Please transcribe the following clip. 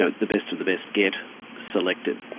ah the best of the best get selected.